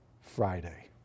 Friday